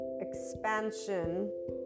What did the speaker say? expansion